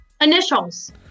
Initials